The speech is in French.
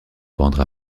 vendre